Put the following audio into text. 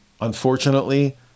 Unfortunately